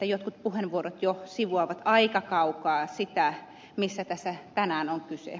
jotkut puheenvuorot jo sivuavat aika kaukaa sitä mistä tässä tänään on kyse